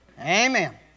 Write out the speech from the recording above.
Amen